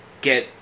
get